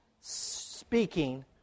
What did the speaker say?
speaking